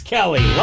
Kelly